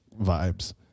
vibes